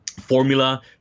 formula